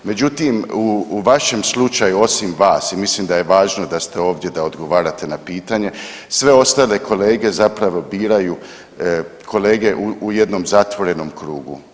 Međutim, u vašem slučaju osim vas ja mislim da je važno da ste ovdje da odgovarate na pitanje, sve ostale kolege zapravo biraju, kolege u jednom zatvorenom krugu.